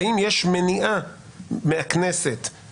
האם אתם ממליצים במקרה הזה לשקול את הדבר הזה?